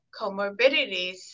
comorbidities